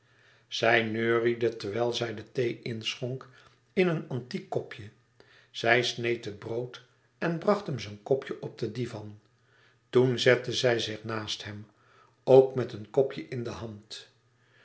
zij neuriede terwijl zij de thee inschonk in een antiek kopje zij sneed het brood en bracht hem zijn kopje op den divan toen zette zij zich naast hem ook met een kopje in de hand